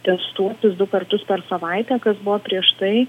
testuotis du kartus per savaitę kas buvo prieš tai